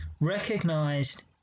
recognized